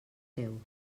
teu